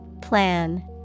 Plan